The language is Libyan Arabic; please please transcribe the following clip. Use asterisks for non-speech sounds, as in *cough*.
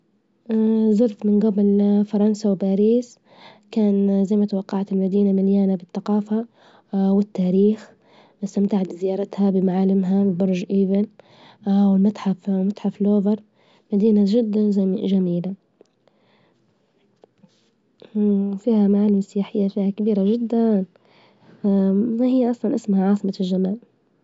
*hesitation* زرت من جبل *hesitation* فرنسا وباريس، كان *hesitation* زي ما توقعت المدينة مليانة بالثقافة *hesitation* والتاريخ استمتعت بزيارتها بمعالمها، من برج ايفل *hesitation* والمتحف *hesitation* متحف لوفر مدينة جدا جميلة، *hesitation* وفيها *hesitation* معالم سياحية أشياء كثيييرة جدااا، ما هي أصلا اسمها عاصمة الجمال.